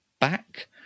back